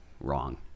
Wrong